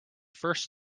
first